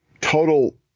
total